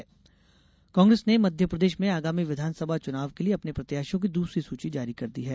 कांग्रेस सूची कांग्रेस ने मध्यप्रदेश में आगामी विधानसभा चुनाव के लिए अपने प्रत्याशियों की दूसरी सूची जारी कर दी है